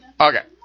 Okay